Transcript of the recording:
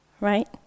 Right